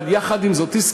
אבל יחד עם זאת תזכרו,